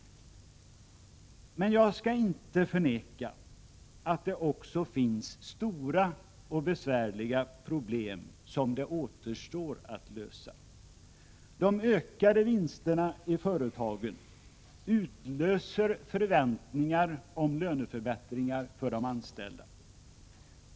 Men jag skall inte förneka att det också finns stora och besvärliga problem som det återstår att lösa. De ökade vinsterna i företagen utlöser förväntningar om löneförbättringar för de anställda.